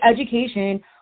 education